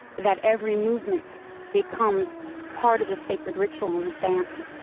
that every movement becomes part of the sacred ritual in this dance.